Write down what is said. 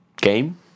game